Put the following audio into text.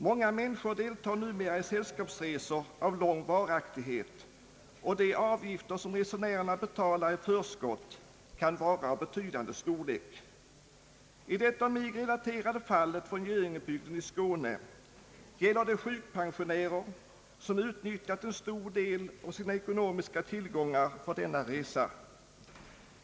Många människor deltar numera i sällskapsresor av lång varaktighet, och de avgifter som resenärerna betalar i förskott kan vara av betydande storlek. I det av mig relaterade fallet från Skåne gäller det sjukpensionärer som utnyttjat en stor del av sina ekonomiska tillgångar för denna resa.